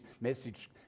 message